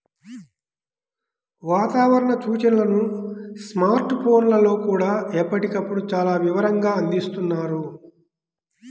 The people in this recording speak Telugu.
వాతావరణ సూచనలను స్మార్ట్ ఫోన్లల్లో కూడా ఎప్పటికప్పుడు చాలా వివరంగా అందిస్తున్నారు